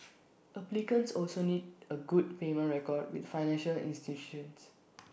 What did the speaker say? applicants also need A good payment record with financial institutions